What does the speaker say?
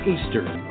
Eastern